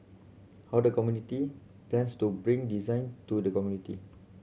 how the community plans to bring design to the community